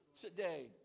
today